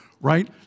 right